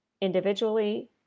individually